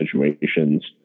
situations